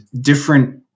different